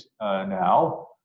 now